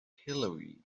hillary